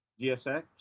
GSX